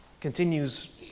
continues